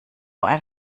ein